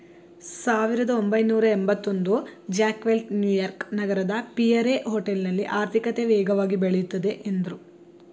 ಸಾವಿರದಒಂಬೈನೂರಎಂಭತ್ತಒಂದು Jack Welch New York ನಗರದ Pierre ಹೋಟೆಲ್ನಲ್ಲಿ ಆರ್ಥಿಕತೆ ವೇಗವಾಗಿ ಬೆಳೆಯುತ್ತದೆ ಎಂದ್ರು